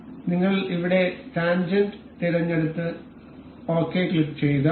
അതിനാൽ നിങ്ങൾ ഇവിടെ ടാൻജെന്റ് തിരഞ്ഞെടുത്ത് ശരി ക്ലിക്കുചെയ്യുക